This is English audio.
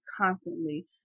constantly